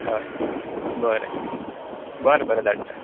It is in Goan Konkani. हय बरें बरें बरें धाडटा